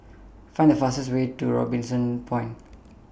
Find The fastest Way to Robinson Point